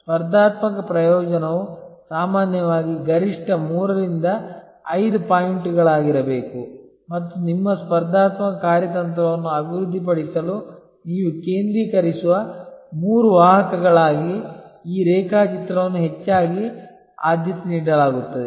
ಸ್ಪರ್ಧಾತ್ಮಕ ಪ್ರಯೋಜನವು ಸಾಮಾನ್ಯವಾಗಿ ಗರಿಷ್ಠ ಮೂರರಿಂದ ಐದು ಪಾಯಿಂಟ್ಗಳಾಗಿರಬೇಕು ಮತ್ತು ನಿಮ್ಮ ಸ್ಪರ್ಧಾತ್ಮಕ ಕಾರ್ಯತಂತ್ರವನ್ನು ಅಭಿವೃದ್ಧಿಪಡಿಸಲು ನೀವು ಕೇಂದ್ರೀಕರಿಸುವ ಮೂರು ವಾಹಕಗಳಾಗಿ ಈ ರೇಖಾಚಿತ್ರವನ್ನು ಹೆಚ್ಚಾಗಿ ಆದ್ಯತೆ ನೀಡಲಾಗುತ್ತದೆ